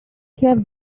have